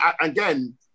again